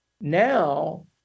now